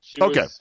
okay